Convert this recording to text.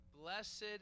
Blessed